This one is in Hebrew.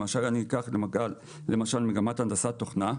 למשל אני אקח את מגמת הנדסת תוכנה.